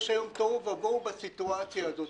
יש היום תוהו ובוהו בסיטואציה הזו.